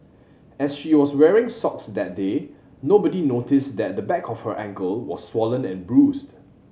as she was wearing socks that day nobody noticed that the back of her ankle was swollen and bruised